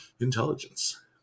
intelligence